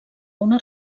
una